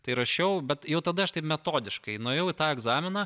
tai rašiau bet jau tada aš taip metodiškai nuėjau į tą egzaminą